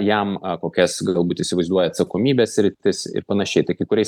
jam kokias galbūt įsivaizduoja atsakomybės sritis ir panašiai tai kai kuriais